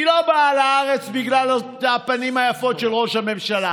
היא לא באה לארץ בגלל הפנים היפות של ראש הממשלה,